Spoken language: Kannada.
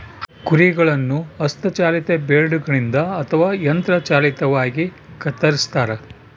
ಕುರಿಗಳನ್ನು ಹಸ್ತ ಚಾಲಿತ ಬ್ಲೇಡ್ ಗಳಿಂದ ಅಥವಾ ಯಂತ್ರ ಚಾಲಿತವಾಗಿ ಕತ್ತರಿಸ್ತಾರ